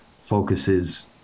focuses